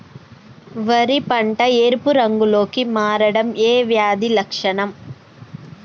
వరి పంట ఎరుపు రంగు లో కి మారడం ఏ వ్యాధి లక్షణం?